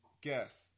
Guess